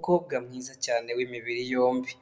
Umukobwa mwiza cyane w'imibiri yombi,